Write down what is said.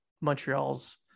montreal's